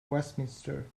westminster